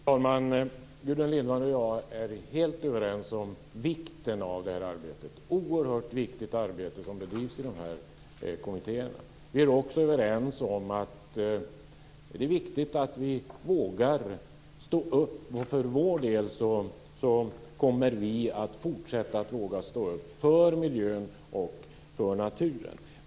Fru talman! Gudrun Lindvall och jag är helt överens om vikten av detta arbete. Det är ett oerhört viktigt arbete som bedrivs i dessa kommittéer. Vi är också överens om att det är viktigt att vi vågar stå upp. För vår del kommer vi att fortsätta att stå upp för miljön och för naturen.